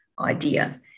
idea